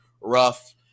rough